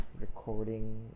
recording